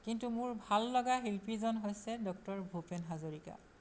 কিন্তু মোৰ ভাল লগা শিল্পীজন হৈছে ডক্টৰ ভূপেন হাজৰিকা